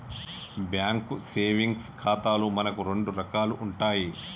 bank savings ఖాతాలు మనకు రెండు రకాలు ఉంటాయి